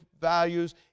values